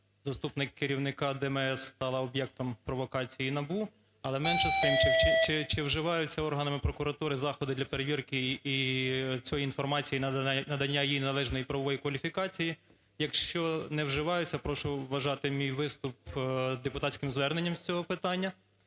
заступник керівника ДМС стала об'єктом провокації НАБУ. Але менше з тим, чи вживаються органами прокуратури заходи для перевірки і цієї інформації, надання їй належної правової кваліфікації? Якщо не вживаються, прошу вважати мій виступ депутатським зверненням з цього питання.